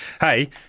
Hey